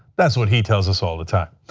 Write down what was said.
that's what he tells us all the time.